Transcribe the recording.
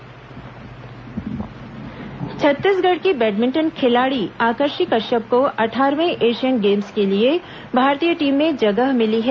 Asian Games Aakarshi Chhattisgarh की badminton खिलाड़ी आकर्षी कश्यप को अट्ठारहवें एशियन गेम्स के लिए भारतीय टीम में जगह मिली है